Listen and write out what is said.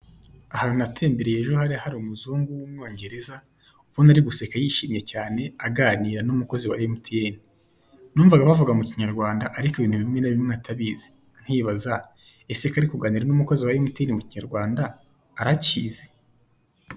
Ahantu natembereye ejo hari hari umuzungu w'umwongereza, ubona ari guseka yishimye cyane aganira n'umukozi wa mtn, numvaga bavuga mu kinyarwanda ariko ibintu bimwe na bimwe atabizi. Nkibaza ese ko ari kuganira n'umukozi wa mtn mu kinyarwanda arakizi?